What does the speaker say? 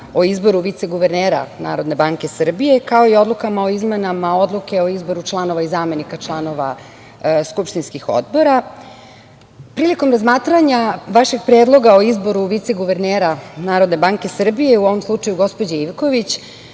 o izboru viceguvernera NBS, kao i odlukama o izmenama Odluke o izboru članova i zamenika članova skupštinskih odbora. Prilikom razmatranja vašeg predloga o izboru viceguvernera NBS, u ovom slučaju gospođe Ivković,